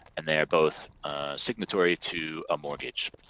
and they are both signatory to a mortgage.